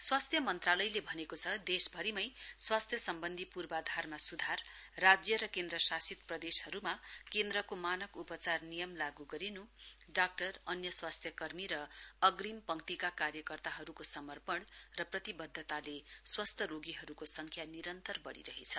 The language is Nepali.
स्वास्थ्य मन्त्रालयले भनेको छ देश भरिनै स्वास्थ्य सम्वन्धी पूर्वाधारमा सुधार राज्य र केन्द्रशासित प्रदेशहरुमा केन्द्रको मानक उपचार नियम लागू गरिनु डाक्टर अन्य स्वास्थ्यकर्मी र अग्रिम पंक्तिका कार्यकर्ताहरुको समपर्ण र प्रतिवध्दताले स्वस्थ रोगीहरुको संख्या निरन्तर वढ़िरहेछ